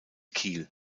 kiel